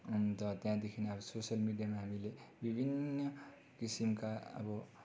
अन्त त्यहाँदेखि अब सोसियल मिडियामा हामीले विभिन्न किसिमका अब